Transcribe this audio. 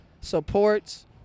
supports